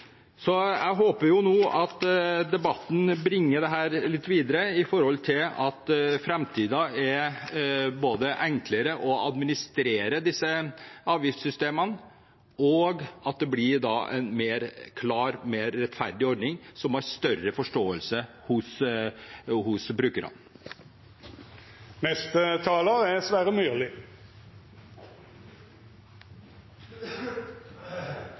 Så jeg håper at debatten bringer dette litt videre ved at det i framtiden både blir enklere å administrere disse avgiftssystemene, og at det blir en klart mer rettferdig ordning som har større forståelse hos brukerne. Under denne regjeringen settes stadig nye rekorder i bompengeinnkreving. Fordelen med det er